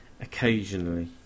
occasionally